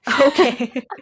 Okay